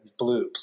bloops